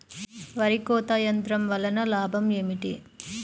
వరి కోత యంత్రం వలన లాభం ఏమిటి?